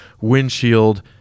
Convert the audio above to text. windshield